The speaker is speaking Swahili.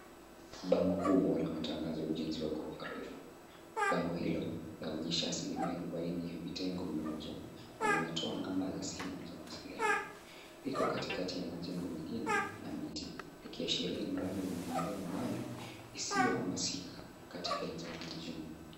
Bango kubwa la matangazo ya ujenzi wa gorofa refu. Bango hilo laonyesha asilimia arobaini ya vitengo vimeuzwa na linatoa namba za simu za mawasiliano. Iko katikati ya majengo mengine na miti ikiashiria mradi wa maendeleo wa mali isiyo ya masika katika eneo la mjini.